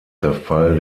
zerfall